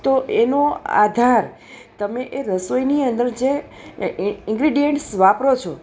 તો એનો આધાર તમે એ રસોઈની અંદર જે ઇનગ્રીડયન્ટ્સ વાપરો છો